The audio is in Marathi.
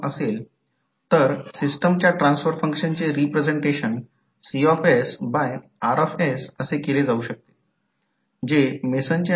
तर इथेच सबस्क्रिप्ट 2 1 साठी लिहिले आहे हे सूचित करते की इंडक्टन्स M21 कॉइल 2 मध्ये तयार होणाऱ्या व्होल्टेजशी आणि कॉइल 1 मधील करंटशी संबंधित आहे हा अर्थ आहे जेणेकरून कोणताही गोंधळ होऊ नये